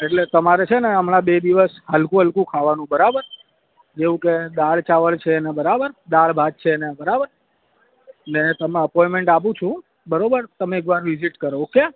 એટલે તમારે છે ને હમણાં બે દિવસ હલકું હલકું ખાવાનું બરાબર જેવું કે દાળ ચાવલ છે ને બરાબર દાળ ભાત છે ને બરાબર ને તમે અપોઈમેન્ટ આપું છું બરાબર તમે એકવાર વિઝિટ કરો ઓકે